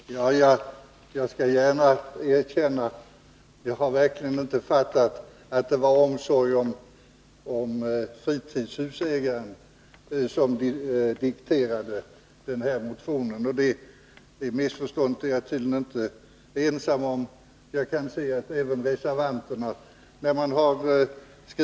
Herr talman! Jag skall gärna erkänna att jag verkligen inte har fattat att det var omsorgen om fritidshusägarna som dikterade den här motionen. Det missförståndet är jag tydligen inte ensam om — jag kan se att det även gäller reservanterna.